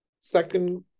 Second